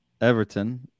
Everton